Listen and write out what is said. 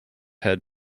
head